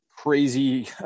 Crazy